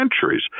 centuries